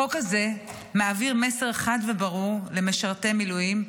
החוק הזה מעביר מסר חד וברור למשרתי מילואים,